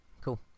Cool